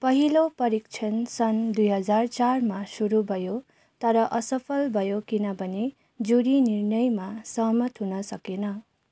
पहिलो परीक्षण सन् दुई हजार चारमा सुरु भयो तर असफल भयो किनभने जुरी निर्णयमा सहमत हुन सकेन